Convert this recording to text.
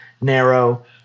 narrow